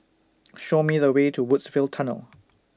Show Me The Way to Woodsville Tunnel